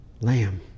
lamb